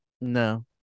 no